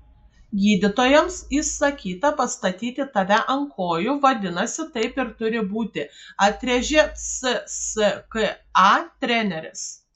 gydytojams įsakyta pastatyti tave ant kojų vadinasi taip ir turi būti atrėžė cska treneris